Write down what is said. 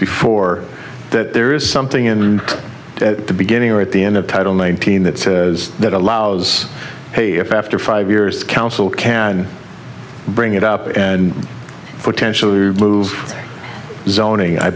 before that there is something in the beginning or at the end of title nineteen that says that allows five years council can bring it up and potentially move zoning i